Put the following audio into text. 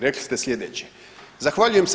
Rekli ste sljedeće: „Zahvaljujem se.